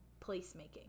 placemaking